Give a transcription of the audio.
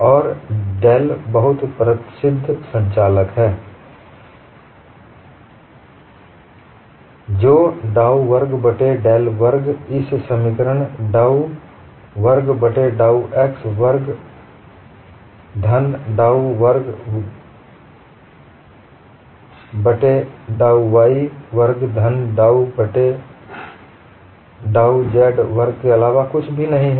और डेल बहुत प्रसिद्ध संचालक है जो डाउ वर्ग बट्टे डेल वर्ग इस समीकरण डाउ वर्ग बट्टे डाउ x वर्ग धन डाउ वर्ग डाउ y वर्ग धन डाउ वर्ग बट्टे डाउ z वर्ग के अलावा कुछ भी नहीं है